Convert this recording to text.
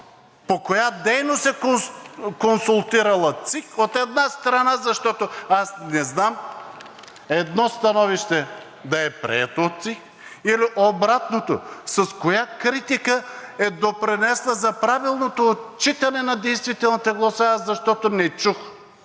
По коя дейност е консултирала ЦИК, от една страна, защото аз не знам едно становище да е прието от ЦИК, и обратното, с коя критика е допринесла за правилното отчитане на действителните гласове, защото не чух,